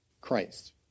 Christ